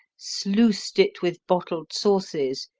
sluiced it with bottled sauces,